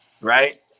right